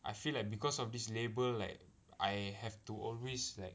I feel like because of this label like I have to always like